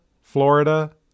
Florida